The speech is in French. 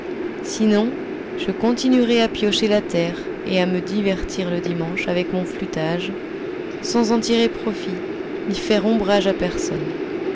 sinon je continuerai à piocher la terre et à me divertir le dimanche avec mon flûtage sans en tirer profit ni faire ombrage à personne